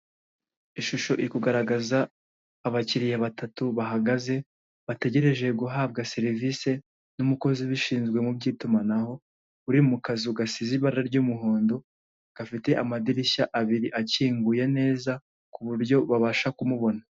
Ishusho iri kugaragaza abakiriya batatu bahagaze, bategereje guhabwa serivise n'umukozi ubishinzwe mu by'itumanaho, uri mu kazu gasize ibara ry'umuhondo gafite amadirishya abiri akinguye neza kuburyo babasha kumubona.